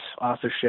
authorship